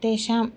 तेषां